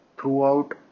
throughout